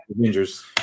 Avengers